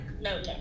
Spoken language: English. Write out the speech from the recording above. no